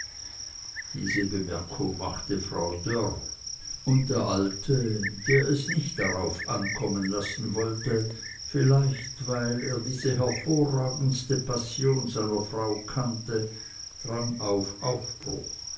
diese bemerkung machte frau dörr und der alte der es nicht darauf ankommen lassen wollte vielleicht weil er diese hervorragendste passion seiner frau kannte drang auf aufbruch